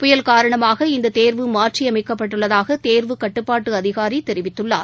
புயல் காரணமாக இந்த தேர்வு மாற்றியமைக்கப்பட்டள்ளதாக தேர்வு கட்டுப்பாட்டு அதிகாரி தெரிவித்துள்ளார்